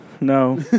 no